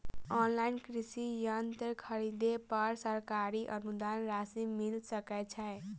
Online कृषि यंत्र खरीदे पर सरकारी अनुदान राशि मिल सकै छैय?